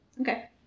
Okay